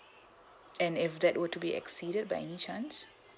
and if that were to be exceeded by any chance